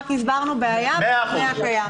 רק הסברנו בעיה בנוסח הקיים.